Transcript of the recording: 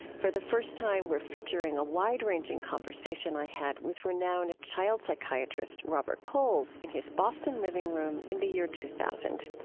for the first time, we're featuring a wide-ranging conversation i had with renowned child psychiatrist robert coles in his boston living room in the year two thousand.